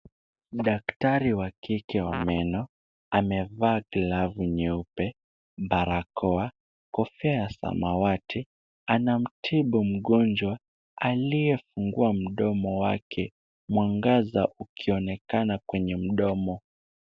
Daktari wa kike wa meno amevaa glavu nyeupe, barakoa, kofia ya samawati anamtibu mgonjwa aliyefungua mdomo wake mwangaza ukiona kwa mdomo.